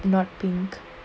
not pink